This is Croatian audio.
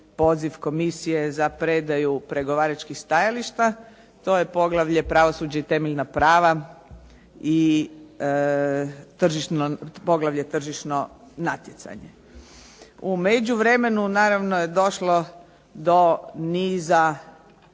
komisije za predaju pregovaračkih stajališta. To je poglavlje "Pravosuđe i temeljna prava" i poglavlje "Tržišno natjecanje". U međuvremenu naravno je došlo do niza